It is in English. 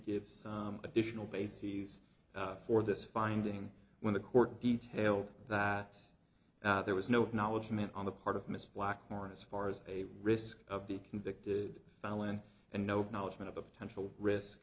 give some additional bases for this finding when the court detail that there was no acknowledgement on the part of miss blackmore as far as a risk of the convicted felon and no knowledge of the potential risk